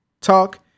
talk